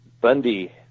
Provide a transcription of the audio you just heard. Bundy